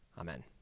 Amen